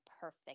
perfect